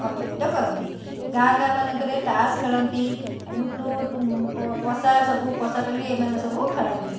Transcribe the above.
ଅତିବାହିତ କରନ୍ତି ଗାଁ ଗାଁ ମାନଙ୍କରେ ତାସ୍ ଖେଳନ୍ତି ଲୁଡ଼ୁ ଉଁ ପଶା ସବୁ ପଶାପାଲି ଏମାନେ ସବୁ ଖେଳନ୍ତି